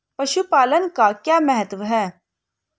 पशुपालन का क्या महत्व है?